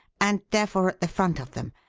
and, therefore, at the front of them.